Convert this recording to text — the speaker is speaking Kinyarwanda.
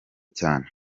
cyane